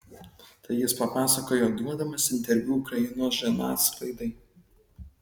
tai jis papasakojo duodamas interviu ukrainos žiniasklaidai